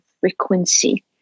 frequency